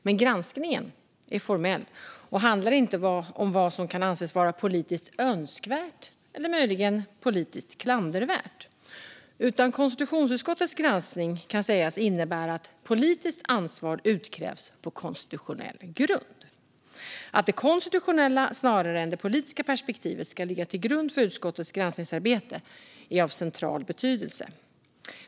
Men granskningen är formell och handlar inte om vad som kan anses vara politiskt önskvärt eller möjligen politiskt klandervärt, utan konstitutionsutskottets granskning kan sägas innebära att politiskt ansvar utkrävs på konstitutionell grund. Att det konstitutionella snarare än det politiska perspektivet ska ligga till grund för utskottets granskningsarbete är av central betydelse.